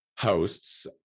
hosts